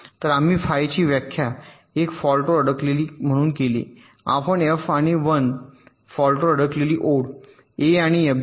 तर आम्ही फाईची व्याख्या 1 फॉल्टवर अडकलेली म्हणून केली आपण f आणि 1 फॉल्ट वर अडकलेली ओळ A आणि fj म्हणा